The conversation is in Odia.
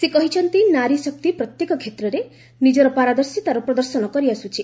ସେ କହିଛନ୍ତି ନାରୀଶକ୍ତି ପ୍ରତ୍ୟେକ କ୍ଷେତ୍ରରେ ନିଜର ପାରଦର୍ଶିତାର ପ୍ରଦର୍ଶନ କରିଆସୁଛି